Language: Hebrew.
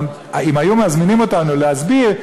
אבל אם היו מזמינים אותנו להסביר,